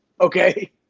Okay